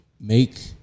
make